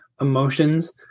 emotions